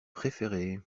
préféré